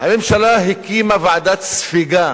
הממשלה הקימה ועדת ספיגה,